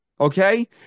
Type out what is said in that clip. okay